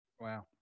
Wow